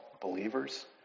believers